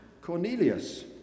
Cornelius